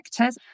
vectors